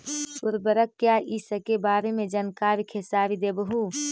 उर्वरक क्या इ सके बारे मे जानकारी खेसारी देबहू?